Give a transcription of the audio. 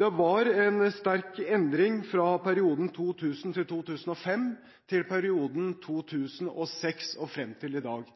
Det var en sterk endring fra perioden 2000–2005 til perioden fra 2006 og frem til i dag,